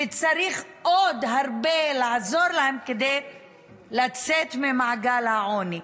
וצריך עוד הרבה לעזור להם כדי לצאת ממעגל העוני.